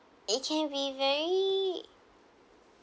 it can be very